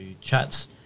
chats